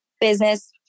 business